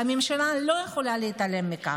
והממשלה לא יכולה להתעלם מכך.